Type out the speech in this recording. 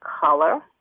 color